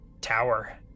tower